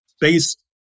based